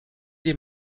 les